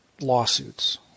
lawsuits